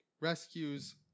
rescues